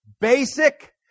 basic